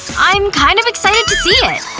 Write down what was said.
i'm kind of excited to see it,